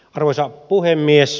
arvoisa puhemies